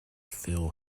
phil